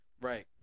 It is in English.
Right